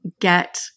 get